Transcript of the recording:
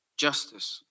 justice